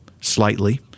slightly